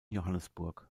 johannesburg